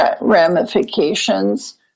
ramifications